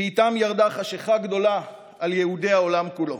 ואיתם ירדה חשיכה גדולה על יהודי העולם כולו.